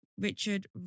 Richard